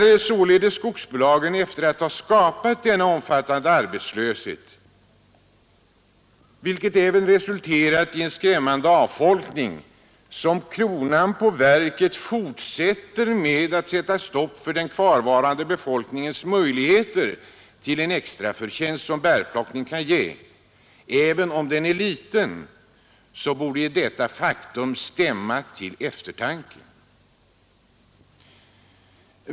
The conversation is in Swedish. När således skogsbolagen efter att ha skapat denna omfattande arbetslöshet, vilket även resulterat i en skrämmande avfolkning, som kronan på verket fortsätter med att sätta stopp för den kvarvarande befolkningens möjligheter till den extraförtjänst som bärplockning kan ge — även om den är liten — borde detta faktum stämma till eftertanke.